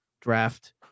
draft